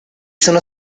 sono